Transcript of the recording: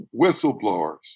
whistleblowers